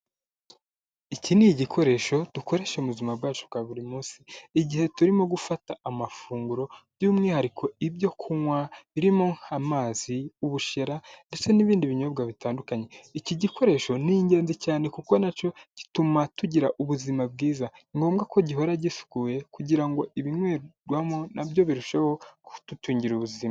Iki ni igikoresho dukoresha mu buzima bwacu bwa buri munsi igihe turimo gufata amafunguro by'umwihariko ibyo kunywa birimo amazi, ubushera, ndetse n'ibindi binyobwa bitandukanye. Iki gikoresho ni ingenzi cyane kuko na cyo gituma tugira ubuzima bwiza. Ni ngombwa ko gihora gisukuye kugira ngo ibinywerwamo na byo birusheho kudutungira ubuzima.